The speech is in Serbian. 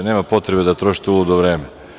Nema potrebe da trošite uludo vreme.